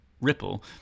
ripple